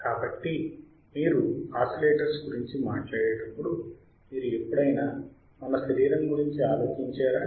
కాబట్టి మీరు ఆసిలేటర్స్ గురించి మాట్లాడేటప్పుడు మీరు ఎప్పుడైనా మన శరీరం గురించి ఆలోచించారా